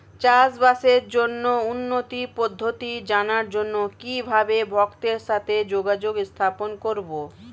চাষবাসের জন্য উন্নতি পদ্ধতি জানার জন্য কিভাবে ভক্তের সাথে যোগাযোগ স্থাপন করব?